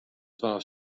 twa